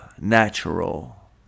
natural